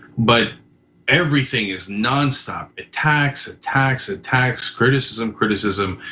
but everything is nonstop attacks, attacks, attacks, criticism, criticism.